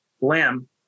limb